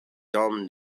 dumb